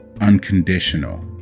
unconditional